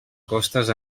costes